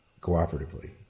cooperatively